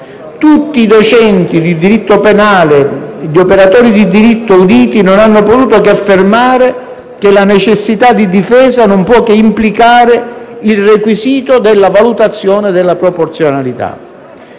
Tutti i docenti di diritto penale e gli operatori di diritto uditi non hanno potuto che affermare che la necessità di difesa non può che implicare il requisito della valutazione della proporzionalità.